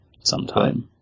sometime